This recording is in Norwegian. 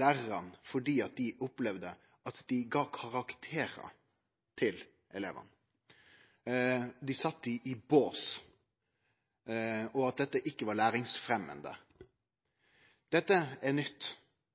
lærarane fordi dei opplevde at dei gav karakterar til elevane, at dei sette dei i bås, og at dette ikkje var